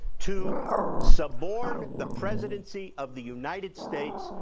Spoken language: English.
to suborn the presidency of the united states,